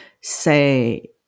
say